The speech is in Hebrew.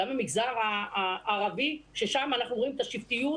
גם עם המגזר הערבי, ששם אנחנו רואים את השבטיות.